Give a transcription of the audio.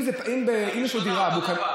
אם יש לו דירה, קבלן.